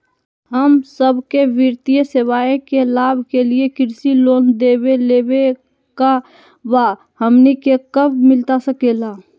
हम सबके वित्तीय सेवाएं के लाभ के लिए कृषि लोन देवे लेवे का बा, हमनी के कब मिलता सके ला?